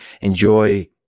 enjoy